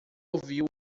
ouviu